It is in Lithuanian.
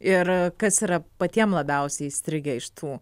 ir kas yra patiem labiausiai įstrigę iš tų